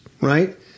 right